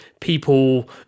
people